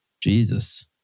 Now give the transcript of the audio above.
Jesus